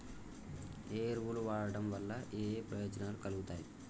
ఏ ఎరువులు వాడటం వల్ల ఏయే ప్రయోజనాలు కలుగుతయి?